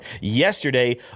yesterday